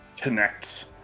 connects